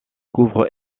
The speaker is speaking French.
couvre